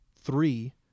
three